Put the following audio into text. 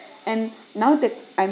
and now that I'm